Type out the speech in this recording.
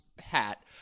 hat